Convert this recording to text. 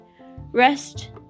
rest